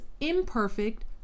imperfect